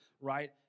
right